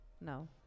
No